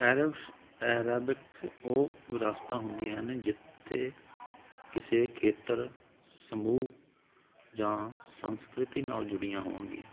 ਉਹ ਵਰਾਸਤਾਂ ਹੁੰਦੀਆਂ ਹਨ ਜਿਥੇ ਕਿਸੇ ਖੇਤਰ ਸਮੂਹ ਜਾਂ ਸੰਸਕ੍ਰਿਤੀ ਨਾਲ ਜੁੜੀਆਂ ਹੋਣਗੀਆਂ